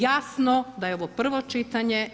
Jasno da je ovo prvo čitanje.